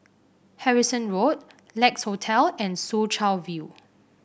Harrison Road Lex Hotel and Soo Chow View